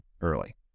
early